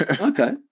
Okay